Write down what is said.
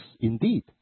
indeed